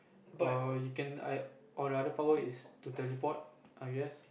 or you can I or another power is to teleport I guess